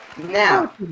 Now